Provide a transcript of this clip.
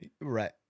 Right